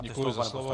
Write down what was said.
Děkuji za slovo.